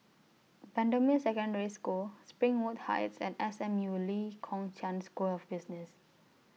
Bendemeer Secondary School Springwood Heights and S M U Lee Kong Chian School of Business